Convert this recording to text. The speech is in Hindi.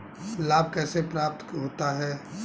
लाख कैसे प्राप्त होता है?